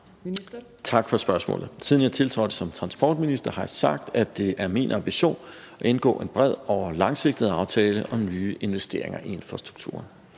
Tak for spørgsmålet. Siden jeg tiltrådte som transportminister, har jeg sagt, at det er min ambition at indgå en bred og langsigtet aftale om nye investeringer i infrastruktur.